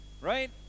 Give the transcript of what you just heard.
Right